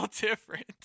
different